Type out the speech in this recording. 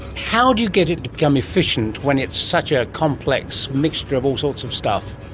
how do you get it to become efficient when it's such a complex mixture of all sorts of stuff?